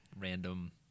random